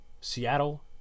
Seattle